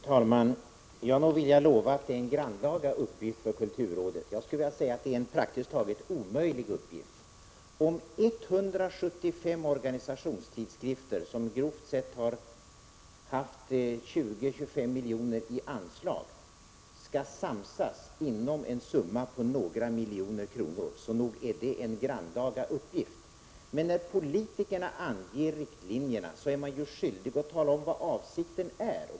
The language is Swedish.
Fru talman! Ja, nog vill jag lova att detta är en grannlaga uppgift för kulturrådet. Jag skulle vilja säga att det är en praktiskt taget omöjlig uppgift. Om 175 organisationstidskrifter, som grovt sett har haft 20-25 milj.kr. i anslag, skall samsas om en summa på några miljoner kronor måste man säga att fördelningen av denna är en grannlaga uppgift. Men när politikerna anger riktlinjerna är de skyldiga att tala om vad avsikten är.